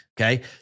okay